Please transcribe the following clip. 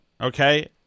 okay